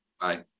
Bye